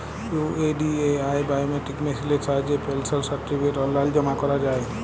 UIDAI biometric মেসিলের সাহায্যে pension certificate অললাইল জমা ক্যরা যায়